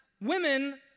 women